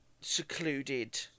secluded